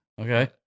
okay